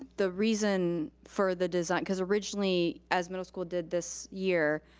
the reason for the design, cause originally, as middle school did this year,